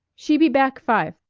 she be back five.